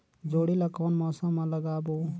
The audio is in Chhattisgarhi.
जोणी ला कोन मौसम मा लगाबो?